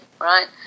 right